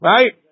Right